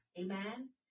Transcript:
Amen